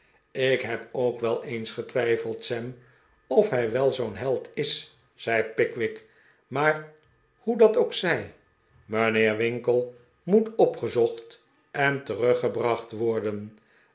ik heb ook wel eens getwijfeld sam of hij wel zoo'n held is zei pickwick maar hoe dat ook zij mijnheer winkle moet opgezocht en teruggebracht worden